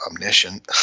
omniscient